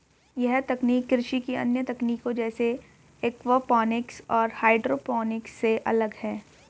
यह तकनीक कृषि की अन्य तकनीकों जैसे एक्वापॉनिक्स और हाइड्रोपोनिक्स से अलग है